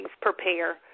prepare